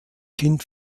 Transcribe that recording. kind